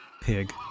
pig